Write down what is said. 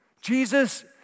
Jesus